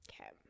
Okay